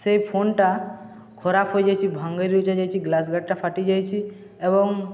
ସେଇ ଫୋନ୍ଟା ଖରାପ ହୋଇଯାଇଛି ଭାଙ୍ଗିରୁଜି ଯାଇଛି ଗ୍ଲାସ୍ ଗାର୍ଡ଼ଟା ଫାଟିଯାଇଛି ଏବଂ